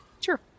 Sure